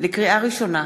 לקריאה ראשונה,